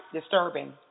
disturbing